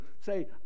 say